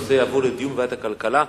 הנושא יעבור לדיון בוועדת הכלכלה.